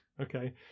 Okay